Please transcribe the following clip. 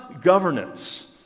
governance